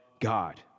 God